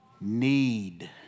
need